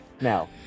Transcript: Now